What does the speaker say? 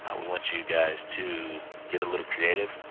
ah we want you guys to get a little creative.